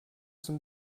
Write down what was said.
zum